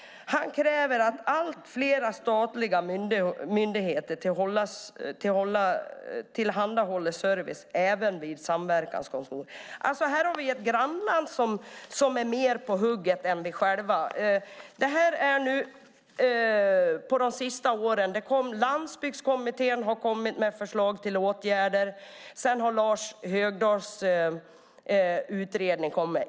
Han kräver att allt fler statliga myndigheter tillhandahåller service även vid samverkanskontor. Här har vi ett grannland som är mer på hugget än vi själva. Under de senaste åren har Landsbygdskommittén kommit med förslag till åtgärder. Sedan har Lars Högdahls utredning kommit.